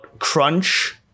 crunch